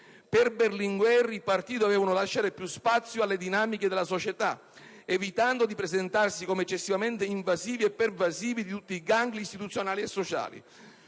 Per Berlinguer i partiti dovevano lasciare più spazio alle dinamiche della società, evitando di presentarsi come eccessivamente invasivi e pervasivi di tutti i gangli istituzionali e sociali.